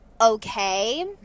okay